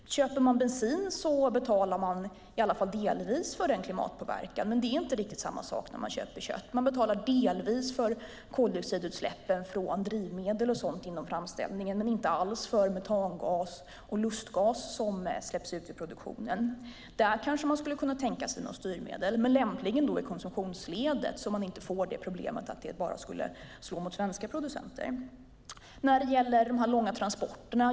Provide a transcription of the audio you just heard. Köper man bensin betalar man i alla fall delvis för klimatpåverkan, men det är inte riktigt samma sak när man köper kött. Man betalar delvis för koldioxidutsläppen från drivmedel och sådant inom framställningen men inte alls för metangas och lustgas som släpps ut vid produktionen. Där kan man tänka sig något styrmedel, men lämpligen i konsumtionsledet så att inte problemet uppstår att det bara slår mot svenska producenter. Sedan var det frågan om de långa transporterna.